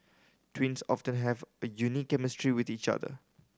twins often have a unique chemistry with each other